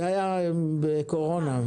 זה היה מזמן בקורונה.